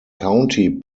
county